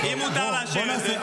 אם מותר לאשר את זה?